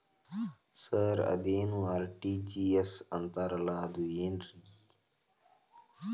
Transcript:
Sir ಅದೇನು RTGS ಅಂತಾರಲಾ ಅದು ಏನ್ರಿ?